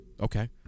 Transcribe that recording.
Okay